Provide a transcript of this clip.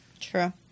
True